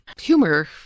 humor